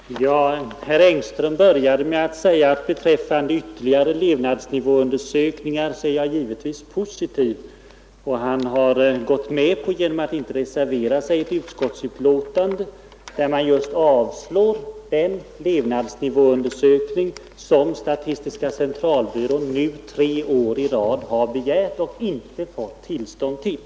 Fru talman! Herr Engström började med att säga att beträffande ytterligare levnadsnivåundersökningar är han givetvis positiv. Men han har gått med på att inte reservera sig i utskottsbetänkandet. Där avstyrker han den levnadsnivåundersökning som statistiska centralbyrån nu tre år i rad har begärt att få göra men inte fått tillstånd till.